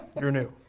you're new,